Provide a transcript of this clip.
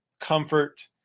comfort